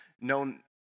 known